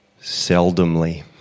Seldomly